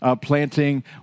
planting